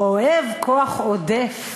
אוהב כוח עודף,